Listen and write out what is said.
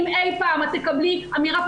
אם אי פעם את תקבלי אמירה,